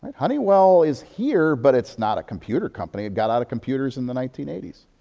honeywell is here, but it's not a computer company. it got out of computers in the nineteen eighty s.